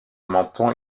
menton